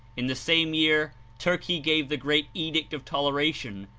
in the same year turkey gave the great edict of toleration,